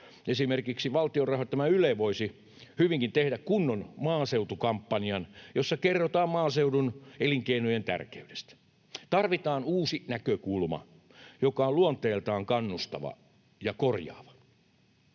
Esimerkiksi valtion rahoittama Yle voisi hyvinkin tehdä kunnon maaseutukampanjan, jossa kerrotaan maaseudun elinkeinojen tärkeydestä. Tarvitaan uusi näkökulma, joka on luonteeltaan kannustava ja korjaava.